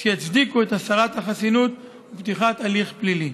שיצדיקו את הסרת החסינות ופתיחת הליך פלילי.